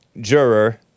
Juror